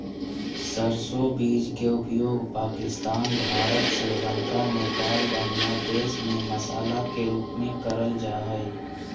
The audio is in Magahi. सरसो बीज के उपयोग पाकिस्तान, भारत, श्रीलंका, नेपाल, बांग्लादेश में मसाला के रूप में करल जा हई